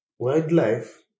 wildlife